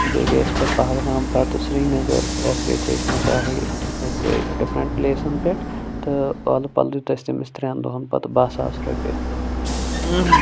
بیٚیہِ گٔیے أسۍ پَتہٕ پَہلگام پَتہٕ سریٖنگر أسۍ گٔیے چَسمہ شاہی أسۍ گٔیے ڈِفرںٛٹ پٕلیسَن پٮ۪ٹھ تہٕ اَلہٕ پَلہٕ دیُٚت اَسہِ تٔمِس ترٮ۪ن دوٚہَن پَتہٕ باہہ ساس رۄپیہِ